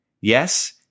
Yes